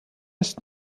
ist